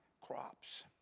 crops